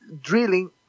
drilling